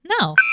No